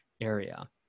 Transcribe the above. area